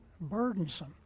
burdensome